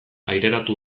aireratu